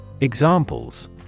Examples